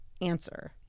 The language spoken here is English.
answer